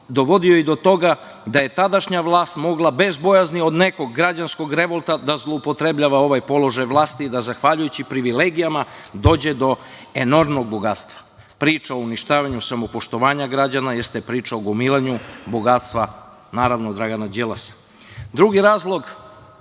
dovodio je i do toga da je tadašnja vlast mogla, bez bojazni od nekog građanskog revolta, da zloupotrebljava ovaj položaj vlasti i da, zahvaljujući privilegijama, dođe do enormnog bogatstva. Priča o uništavanju samopoštovanja građana jeste priča o gomilanju bogatstva Dragana Đilasa. Drugi razlog